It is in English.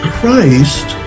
Christ